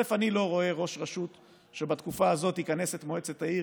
אני לא רואה ראש רשות שבתקופה הזאת יכנס את מועצת העיר